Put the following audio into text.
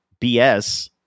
BS